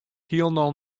hielendal